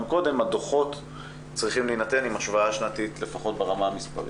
הדוחות צריכים להינתן עם השוואה שנתית לפחות ברמה המספרית,